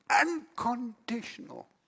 Unconditional